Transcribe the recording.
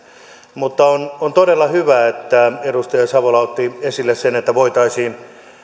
mutta on on todella hyvä että edustaja savola otti sen esille että voitaisiin